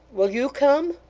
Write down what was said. will you come